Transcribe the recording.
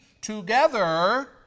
together